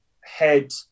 head